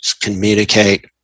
communicate